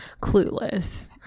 clueless